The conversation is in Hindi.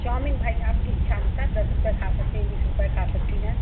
चाऊमीन भाई आपकी इच्छानुसार दस रुपये खा सकती हैं बीस रुपये खा सकती हैं